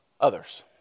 others